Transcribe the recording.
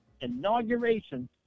inauguration